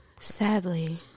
Sadly